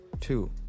Two